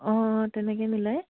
অঁ তেনেকে মিলাই